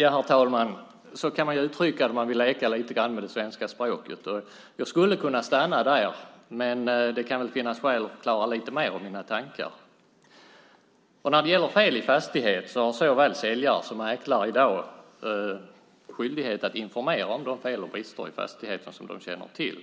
Ja, herr talman, så kan man uttrycka det om man vill leka lite grann med svenska språket. Jag skulle kunna stanna där, men det kan väl finnas skäl att förklara mina tankar lite mer. När det gäller fel i fastighet har såväl säljare som mäklare i dag skyldighet att informera om de fel och brister i fastigheten som de känner till.